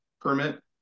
permit